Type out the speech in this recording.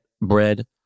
bread